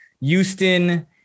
Houston